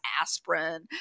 aspirin